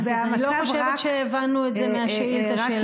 אני לא חושבת שהבנו את זה מהשאילתה שלך.